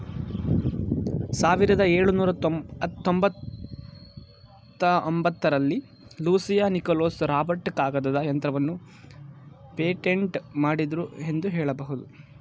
ಸಾವಿರದ ಎಳುನೂರ ತೊಂಬತ್ತಒಂಬತ್ತ ರಲ್ಲಿ ಲೂಸಿಯಾ ನಿಕೋಲಸ್ ರಾಬರ್ಟ್ ಕಾಗದದ ಯಂತ್ರವನ್ನ ಪೇಟೆಂಟ್ ಮಾಡಿದ್ರು ಎಂದು ಹೇಳಬಹುದು